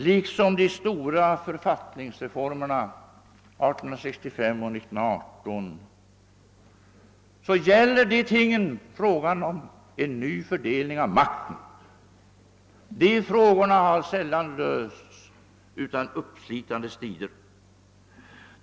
Liksom de stora författningsreformerna 1865 och 1918 gäller kraven frågor om en ny fördelning av makten, och de har sällan lösts utan uppslitande strider.